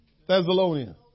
Thessalonians